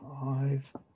five